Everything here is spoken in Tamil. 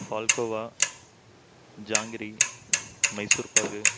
பால்கோவா ஜாங்கிரி மைசூர் பாகு